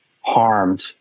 harmed